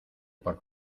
por